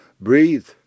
Breathe